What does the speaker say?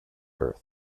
earth